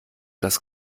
das